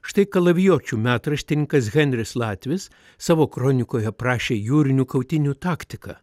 štai kalavijuočių metraštininkas henris latvis savo kronikoj aprašė jūrinių kautynių taktiką